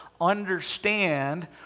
understand